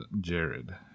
Jared